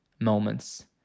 moments